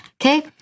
Okay